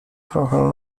trochę